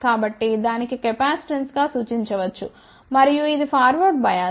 కాబట్టి దానిని కెపాసిటెన్స్గా సూచించవచ్చు మరియు ఇది ఫార్వర్డ్ బయాస్